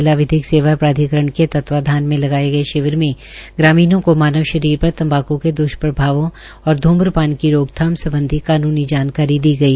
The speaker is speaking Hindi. जिला विधिक सेवा प्राधिकरण के तत्वाधान में लगाये गये शिविर में ग्रामीणों को मानव शरीर पर तम्बाकू के द्ष्प्रभावों और धूमपान की रोकथाम सम्बधी कानूनी जानकारी दी गई